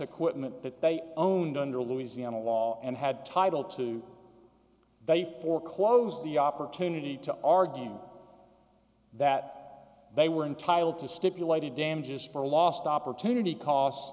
equipment that they own and under louisiana law and had title to they foreclose the opportunity to argue that they were entitled to stipulated damages for a lost opportunity cos